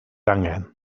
angen